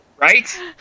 right